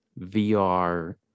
vr